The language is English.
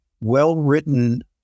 well-written